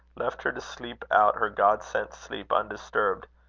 left her to sleep out her god-sent sleep undisturbed,